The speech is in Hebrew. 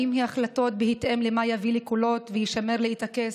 האם היא החלטות בהתאם למה יביא לי קולות וישמר לי את הכס,